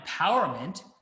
empowerment